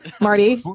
Marty